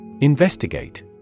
Investigate